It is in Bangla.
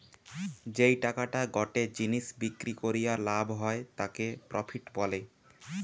যেই টাকাটা গটে জিনিস বিক্রি করিয়া লাভ হয় তাকে প্রফিট বলে